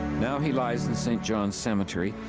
now he lies in st. john's cemetery,